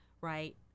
right